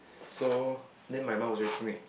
so then my mum was very